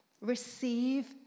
receive